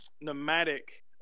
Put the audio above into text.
nomadic